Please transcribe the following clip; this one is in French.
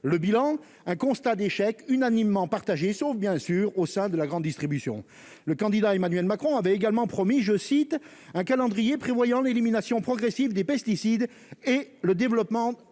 le bilan d'un constat d'échec unanimement partagée, sauf, bien sûr, au sein de la grande distribution, le candidat Emmanuel Macron avait également promis, je cite, un calendrier prévoyant l'élimination progressive des pesticides et le développement d'alternatives,